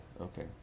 Okay